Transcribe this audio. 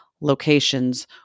locations